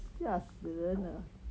吓死人 ah